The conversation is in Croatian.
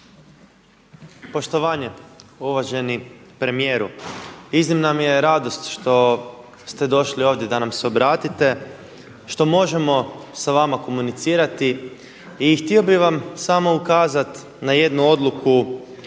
Poštovanje uvaženi premijeru. Iznimna mi je radost što ste došli ovdje da nam se obratite, što možemo sa vama komunicirati i htio bih vam samo ukazati na jednu odluku,